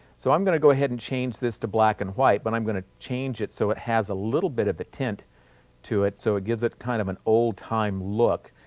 so, i'm going to go ahead and change this to black and white but i'm going to change it so it has a little bit of a tint to it, so it gives it kind of an old time look.